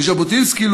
וז'בוטינסקי,